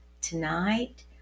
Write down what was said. Tonight